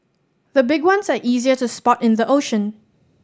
the big ones are easier to spot in the ocean